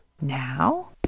Now